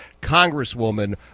Congresswoman